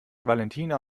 valentina